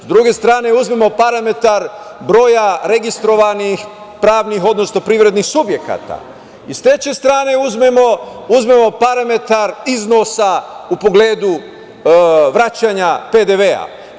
Sa druge strane uzmemo parametar broja registrovanih pravnih, odnosno privrednih subjekata i sa treće strane uzmemo parametar iznosa u pogledu vraćanja PDV-a.